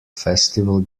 festival